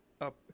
up